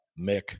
Mick